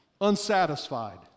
unsatisfied